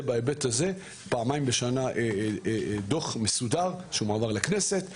פעמיים בשנה דוח מסודר שמועבר לכנסת.